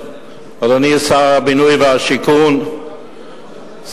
אדוני שר הבינוי והשיכון,